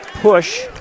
push